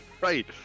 right